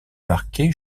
marqué